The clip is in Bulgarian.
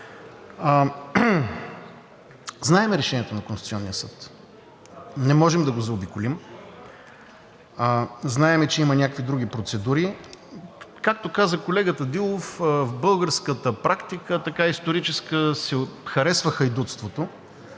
Знаем решението на Конституционния съд, не можем да го заобиколим, знаем, че има някакви други процедури. Както каза колегата Дилов, в българската историческа практика се харесва хайдутството.